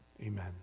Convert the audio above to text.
Amen